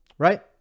right